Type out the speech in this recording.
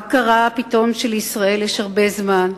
מה קרה פתאום שלישראל יש הרבה זמן?